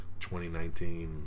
2019